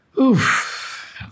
Oof